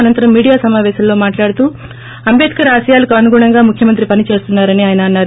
అనంతరం మీడియా సమావేశంలో మాట్లాడుతూ అంబేద్కర్ ఆశయాలకు అనుగునంగా ముఖ్యమంత్రి పని చేస్తున్నారని అన్నారు